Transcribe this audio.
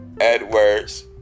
Edwards